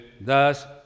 thus